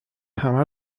همه